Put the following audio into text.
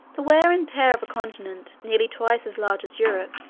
the wear and tear of a continent, nearly twice as large as europe,